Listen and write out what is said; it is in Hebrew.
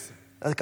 עשר, אני אקח עשר.